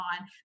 on